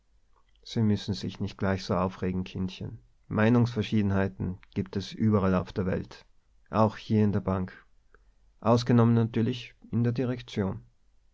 sie müssen sich nicht gleich so aufregen kindchen meinungsverschiedenheiten gibt es überall auf der welt auch hier in der bank ausgenommen natürlich in der direktion